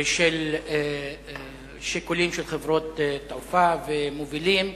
בשל שיקולים של חברות תעופה ומובילים,